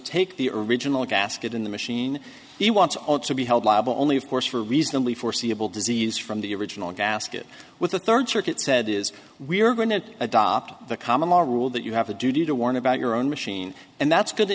take the original gasket in the machine he wants all to be held liable only of course for reasonably foreseeable disease from the original gasket with the third circuit said is we're going to adopt the common law rule that you have a duty to warn about your own machine and that's good t